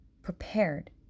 prepared